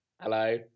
Hello